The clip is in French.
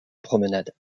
promenade